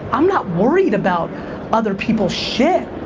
i'm not worried about other people's shit.